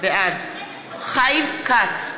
בעד חיים כץ,